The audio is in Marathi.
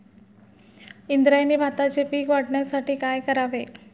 इंद्रायणी भाताचे पीक वाढण्यासाठी काय करावे?